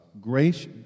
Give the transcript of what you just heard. Grace